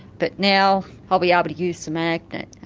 but now i'll be able to use the magnet